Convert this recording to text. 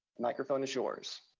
microphone is yours.